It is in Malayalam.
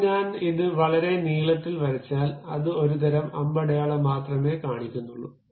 ഇപ്പോൾ ഞാൻ ഇത് വളരെ നീളത്തിൽ വരച്ചാൽ അത് ഒരുതരം അമ്പടയാളം മാത്രമേ കാണിക്കുന്നുള്ളൂ